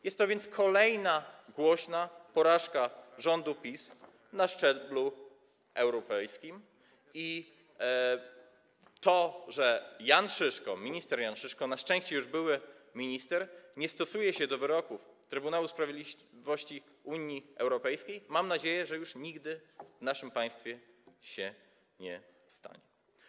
Jest to więc kolejna głośna porażka rządu PiS na szczeblu europejskim i to, że Jan Szyszko, minister Jan Szyszko, na szczęście już były minister, nie stosuje się do wyroków Trybunału Sprawiedliwości Unii Europejskiej, mam nadzieję, już nigdy w naszym państwie się nie stanie.